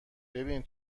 ببین